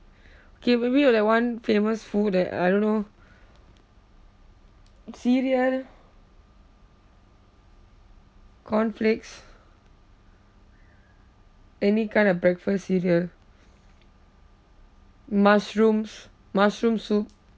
K maybe you like one famous food that I don't know cereal cornflakes any kind of breakfast cereal mushrooms mushroom soup